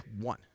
one